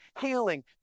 healing